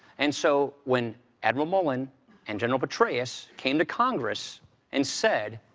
and so when admiral mullen and general petraeus came to congress and said,